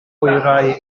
hwyrhau